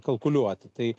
kalkuliuoti tai